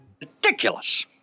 Ridiculous